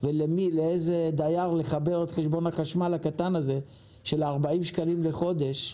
ולאיזה דייר לחבר את חשבון החשמל הקטן הזה של 40 שקלים לחודש,